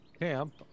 Camp